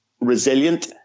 resilient